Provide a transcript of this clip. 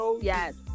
yes